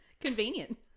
Convenient